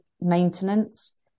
maintenance